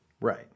Right